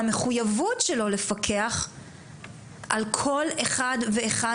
מהמחוייבות שלו לפקח על כל אחד ואחד